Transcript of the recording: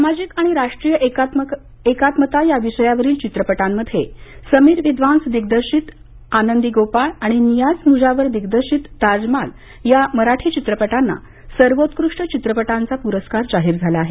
सामाजिक आणि राष्ट्रीय एकात्मता या विषयावरील चित्रपटांमध्ये समीर विद्वांस दिग्दर्शित आनंदी गोपाळ आणि नियाज मुजावर दिग्दर्शित ताजमाल या मराठी चित्रपटांना सर्वोत्कृष्ट चित्रपटांचा प्रस्कार जाहीर झाला आहे